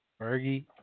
Fergie